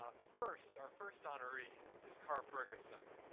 ah first, our first honoree is carr ferguson.